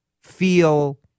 feel